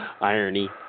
Irony